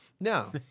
No